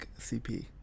CP